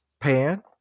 pan